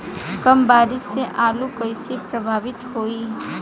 कम बारिस से आलू कइसे प्रभावित होयी?